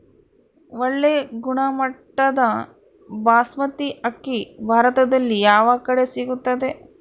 ಒಳ್ಳೆ ಗುಣಮಟ್ಟದ ಬಾಸ್ಮತಿ ಅಕ್ಕಿ ಭಾರತದಲ್ಲಿ ಯಾವ ಕಡೆ ಸಿಗುತ್ತದೆ?